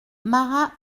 marat